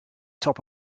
top